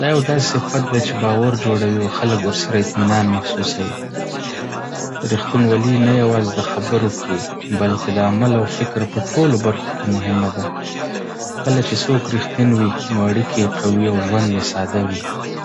دا یو داسې صفت دی چې باور جوړوي او خلک ورسره اطمینان محسوسوي. رښتينولي نه یوازې د خبرو کې، بلکې د عمل او فکر په ټولو برخو کې مهمه ده. کله چې څوک رښتين وي، نو اړیکې یې قوي او ژوند یې ساده وي.